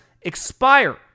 expire